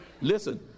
Listen